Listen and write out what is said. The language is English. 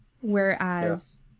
whereas